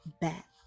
back